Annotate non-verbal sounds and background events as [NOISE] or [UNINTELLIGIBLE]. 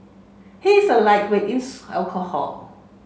he is a lightweight in [UNINTELLIGIBLE] alcohol